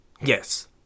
Yes